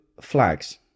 flags